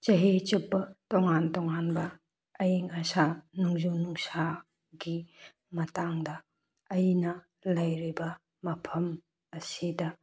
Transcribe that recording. ꯆꯍꯤ ꯆꯨꯞꯄ ꯇꯣꯉꯥꯟ ꯇꯣꯉꯥꯟꯕ ꯑꯏꯪ ꯑꯁꯥ ꯅꯣꯡꯖꯨ ꯅꯨꯡꯁꯥꯒꯤ ꯃꯇꯥꯡꯗ ꯑꯩꯅ ꯂꯩꯔꯤꯕ ꯃꯐꯝ ꯑꯁꯤꯗ